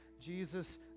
Jesus